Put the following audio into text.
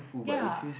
ya